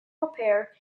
repair